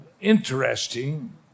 interesting